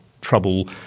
trouble